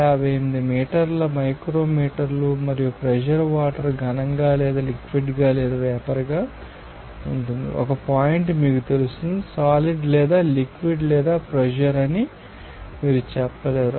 58 millimetre micrometre మరియు pressure ఈ water ఘనంగా లేదా లిక్విడ్గా లేదా వేపర్ గా ఉంటుంది 1 పాయింట్ మీకు తెలుస్తుంది సాలిడ్ లేదా లిక్విడ్ లేదా ప్రెషర్ అని మీరు చెప్పలేరు